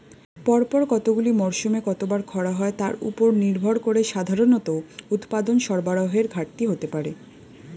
পরপর কতগুলি মরসুমে কতবার খরা হয় তার উপর নির্ভর করে সাধারণত উৎপাদন সরবরাহের ঘাটতি হতে পারে